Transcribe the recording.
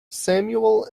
samuel